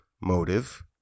motive